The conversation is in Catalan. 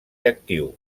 actiu